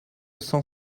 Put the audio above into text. cent